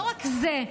לא רק זה,